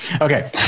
okay